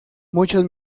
muchos